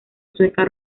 sueca